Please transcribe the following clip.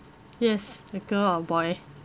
yes a girl or boy